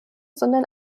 sondern